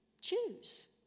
Choose